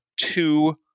two